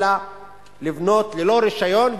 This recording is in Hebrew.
אלא לבנות ללא רשיון,